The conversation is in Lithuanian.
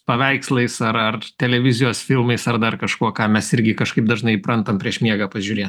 paveikslais ar ar televizijos filmais ar dar kažkuo ką mes irgi kažkaip dažnai įprantam prieš miegą pažiūrėt